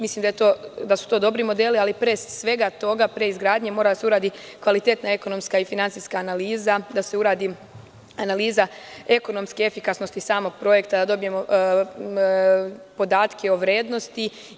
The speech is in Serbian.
Mislim da su to dobri modeli, ali pre svega toga, pre izgradnje, mora da se uradi kvalitetna ekonomska i finansijska analiza, da se uradi analiza ekonomske efikasnosti samog projekta, da dobijemo podatke o vrednosti.